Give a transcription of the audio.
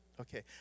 Okay